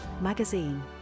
magazine